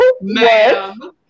ma'am